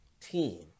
team